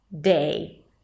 day